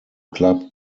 club